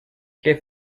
que